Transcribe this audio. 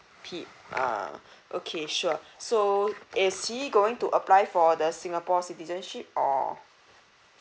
P~ uh okay sure so is he going to apply for the singapore citizenship or